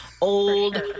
old